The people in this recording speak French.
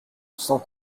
sans